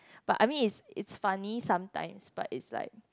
but I mean is it's funny sometimes but is like